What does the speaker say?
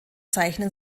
zeichnen